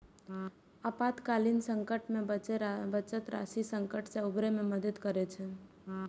आपातकालीन संकट मे बचत राशि संकट सं उबरै मे मदति करै छै